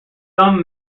some